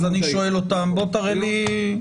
אז אני שואל אותם "בוא תראה לי".